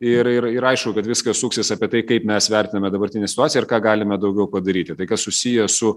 ir ir ir aišku kad viskas suksis apie tai kaip mes vertiname dabartinę situaciją ir ką galime daugiau padaryti tai kas susiję su